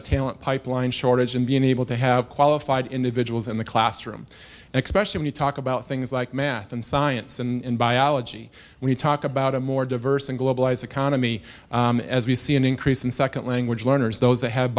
a talent pipeline shortage and being able to have qualified individuals in the classroom an expression you talk about things like math and science and biology when you talk about a more diverse and globalized economy as we see an increase in second language learners those that have